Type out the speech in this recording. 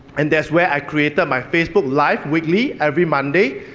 and that's where i created my facebook live with lee every monday,